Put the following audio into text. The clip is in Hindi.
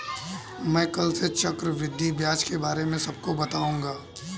मैं कल से चक्रवृद्धि ब्याज के बारे में सबको बताऊंगा